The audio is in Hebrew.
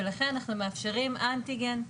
ולכן אנחנו מאפשרים אנטיגן.